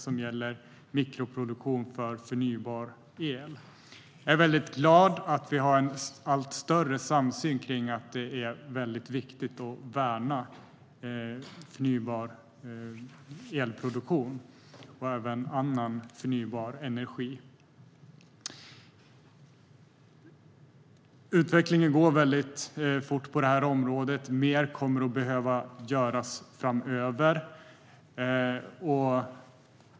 Det gäller mikroproduktion av förnybar el. Jag är mycket glad över att vi har en allt större samsyn om att det är mycket viktigt att värna förnybar elproduktion och även annan förnybar energi. Utvecklingen går mycket fort på detta område, och mer kommer att behöva göras framöver.